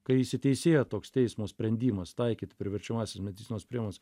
kai įsiteisėjo toks teismo sprendimas taikyt priverčiamąsias medicinos priemones